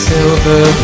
Silver